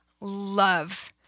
love